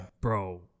bro